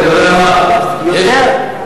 יותר.